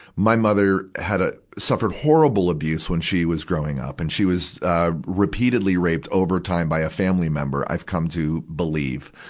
my mother had a, suffered horrible abuse when she was growing up. and she was, ah, repeatedly raped over time by a family member, i've come to believe.